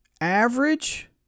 average